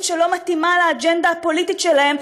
שלא מתאימה לאג'נדה הפוליטית שלהם,